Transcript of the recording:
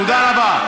תודה רבה.